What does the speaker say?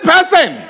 person